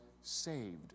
saved